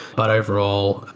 but overall,